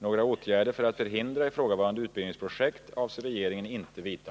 Några åtgärder för att förhindra ifrågavarande utbildningsprojekt avser regeringen inte vidta.